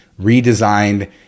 redesigned